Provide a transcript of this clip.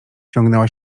ciągnęła